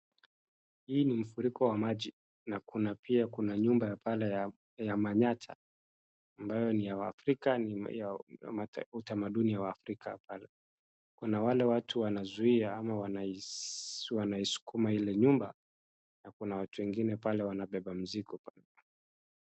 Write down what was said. Hii ni mfuriko wa maji, na kuna pia kuna nyuma pale ya ya manyatta ambayo ni ya Wafrika, ni ya u, utamaduni wa Wafrika. Kuna wale watu wanaizuia ama wanaisu, wanaisukuma ile nyumba na kuna watu wengine pale wanabeba mzigo.